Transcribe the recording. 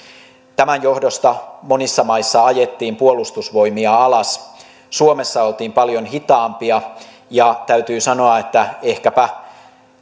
tämän johdosta monissa maissa ajettiin puolustusvoimia alas suomessa oltiin paljon hitaampia ja täytyy sanoa että ehkäpä